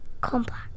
Complex